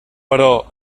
però